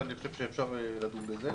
אני חושב שאפשר לדון בזה.